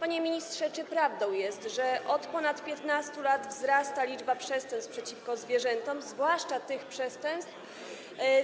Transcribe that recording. Panie ministrze, czy prawdą jest, że od ponad 15 lat wzrasta liczba przestępstw przeciwko zwierzętom, zwłaszcza tych przestępstw